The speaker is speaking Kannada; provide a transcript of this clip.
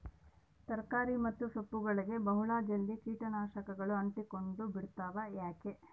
ತರಕಾರಿ ಮತ್ತು ಸೊಪ್ಪುಗಳಗೆ ಬಹಳ ಜಲ್ದಿ ಕೇಟ ನಾಶಕಗಳು ಅಂಟಿಕೊಂಡ ಬಿಡ್ತವಾ ಯಾಕೆ?